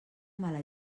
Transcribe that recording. mala